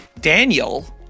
Daniel